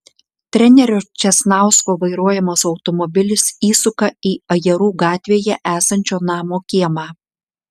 trenerio česnausko vairuojamas automobilis įsuka į ajerų gatvėje esančio namo kiemą